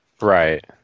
Right